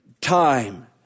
time